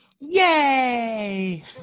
yay